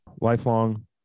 Lifelong